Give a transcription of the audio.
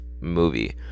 movie